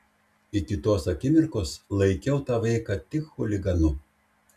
iki tos akimirkos laikiau tą vaiką tik chuliganu